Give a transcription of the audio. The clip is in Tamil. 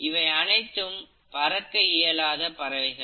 இவை அனைத்தும் பறக்க இயலாத பறவைகள்